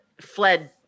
fled